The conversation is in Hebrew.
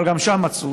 אבל גם שם מצאו.